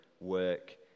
work